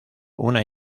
una